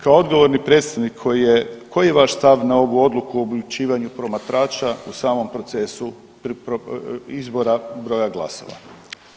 Kao odgovorni predstavnik koji je, koji je vaš stav na ovu odluku o uključivanju promatrača u samom procesu izbora broja glasova?